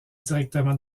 directement